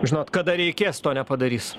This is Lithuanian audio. žinot kada reikės to nepadarys